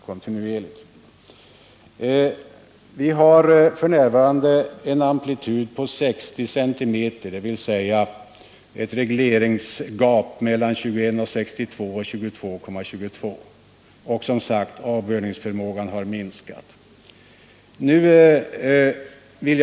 F.n. har sjön en amplitud på 60 cm, vilket innebär ett regleringsgap på mellan 21,62 och 22,22 m. Och avbördningsförmågan har som sagt minskat.